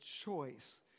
choice